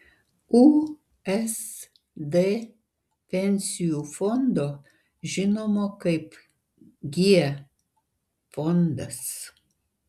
usd pensijų fondo žinomo kaip g fondas